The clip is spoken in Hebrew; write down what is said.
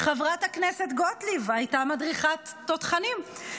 חברת הכנסת גוטליב הייתה מדריכת תותחנים,